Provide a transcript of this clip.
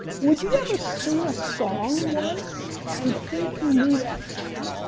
would you ever sing a song once and think you knew that song?